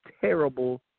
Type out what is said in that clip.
terrible